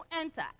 enter